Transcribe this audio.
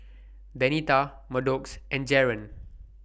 Benita Maddox and Jaren